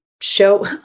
show